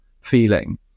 feeling